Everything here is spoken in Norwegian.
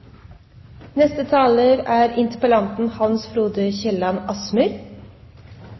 Neste taler er